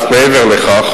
ואף מעבר לכך,